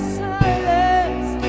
silence